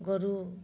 ଗୋରୁ